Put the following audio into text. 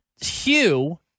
Hugh